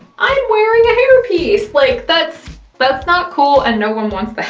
i'm wearing a hairpiece. like, that's that's not cool, and no one wants that.